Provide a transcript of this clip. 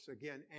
again